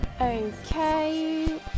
Okay